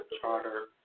charter